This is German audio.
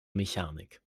mechanik